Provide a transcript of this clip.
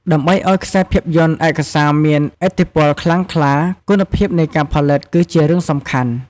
ដើម្បីឱ្យខ្សែភាពយន្តឯកសារមានឥទ្ធិពលខ្លាំងក្លា គុណភាពនៃការផលិតគឺជារឿងសំខាន់។